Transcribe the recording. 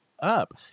up